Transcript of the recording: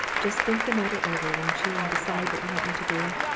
just think the matter over, won't you, and decide what you want me to do?